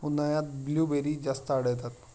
उन्हाळ्यात ब्लूबेरी जास्त आढळतात